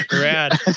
Rad